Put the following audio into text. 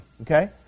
okay